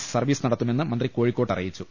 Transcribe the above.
C service നടത്തുമെന്ന് മന്ത്രി കോഴി ക്കോട്ട് അറിയിച്ചു